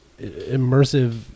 immersive